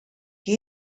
que